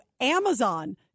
Amazon